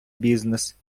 бізнес